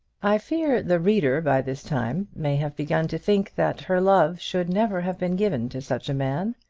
i fear the reader by this time may have begun to think that her love should never have been given to such a man.